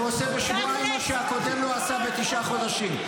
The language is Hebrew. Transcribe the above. ועושה בשבועיים מה שהקודם לא עשה בתשעה חודשים.